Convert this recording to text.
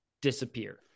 disappear